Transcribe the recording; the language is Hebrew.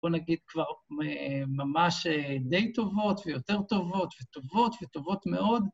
בוא נגיד כבר ממש די טובות ויותר טובות וטובות וטובות מאוד.